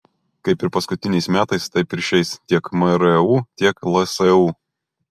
kaip ir paskutiniais metais taip ir šiais tiek mru tiek lsu